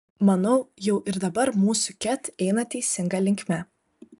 manau jau ir dabar mūsų ket eina teisinga linkme